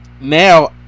now